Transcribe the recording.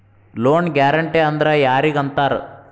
Loan guarantee ಅಂದ್ರ್ ಯಾರಿಗ್ ಅಂತಾರ?